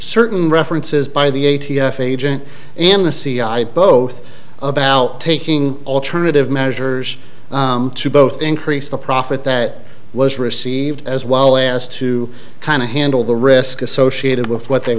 certain references by the a t f agent and the c i both about taking alternative measures to both increase the profit that was received as well as to kind of handle the risk associated with what they